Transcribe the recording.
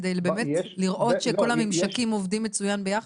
על מנת באמת לראות שכל הממשקים עובדים מצוין ביחד?